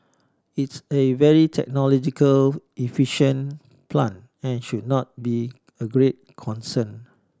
it's a very technological efficient plant and should not be a great concern